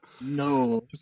No